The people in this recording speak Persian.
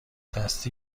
دستی